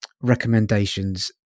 recommendations